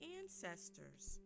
ancestors